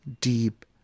deep